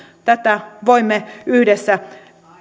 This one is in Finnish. tätä voimme yhdessä